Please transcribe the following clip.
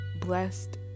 blessed